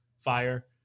fire